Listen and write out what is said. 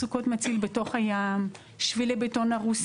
סוכות מציל בתוך הים, שבילי בטון הרוסים.